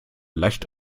leicht